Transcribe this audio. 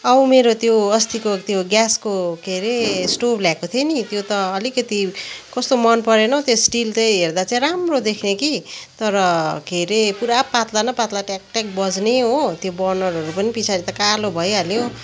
औ मेरो त्यो अस्तिको त्यो ग्यासको के अरे स्टोभ ल्याएको थिएँ नि त्यो त अलिकति कस्तो मन परेन हौ त्यो स्टिल चाहिँ हेर्दा चाहिँ राम्रो देख्ने कि तर के अरे पुरा पातला न पातला ट्याक ट्याक बज्ने हो त्यो बर्नरहरू पनि पछाडि त कालो भइहाल्यो